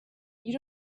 you